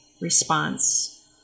response